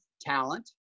talent